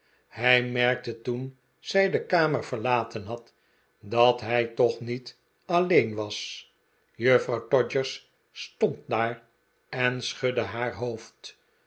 hij merkte toen zij de kamer verlaten had dat hij toch niet alleen was juffrouw todgers stond daar en schudde haar hoofd